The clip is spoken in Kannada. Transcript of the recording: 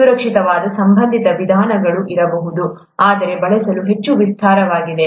ಸುರಕ್ಷಿತವಾದ ಸಂಬಂಧಿತ ವಿಧಾನಗಳು ಇರಬಹುದು ಆದರೆ ಬಳಸಲು ಹೆಚ್ಚು ವಿಸ್ತಾರವಾಗಿದೆ